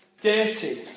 Dirty